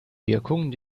wirkung